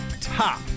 top